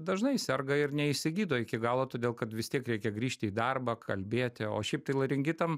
dažnai serga ir neišsigydo iki galo todėl kad vis tiek reikia grįžti į darbą kalbėti o šiaip tai laringitam